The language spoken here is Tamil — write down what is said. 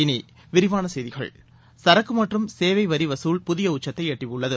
இனி விரிவான செய்திகள் சரக்கு மற்றும் சேவை வரி வகுல் புதிய உச்சத்தை எட்டியுள்ளது